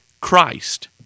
Christ